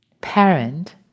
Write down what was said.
parent